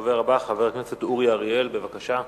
הדובר הבא, חבר הכנסת אורי אריאל, בבקשה.